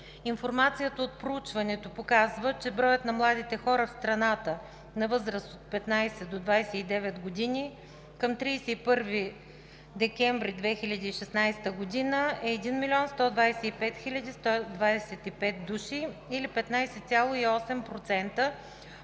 Информацията от проучването показва, че броят на младите хора в страната на възраст от 15 до 29 години към 31 декември 2016 г. е 1 125 125 души, или 15,8%, от които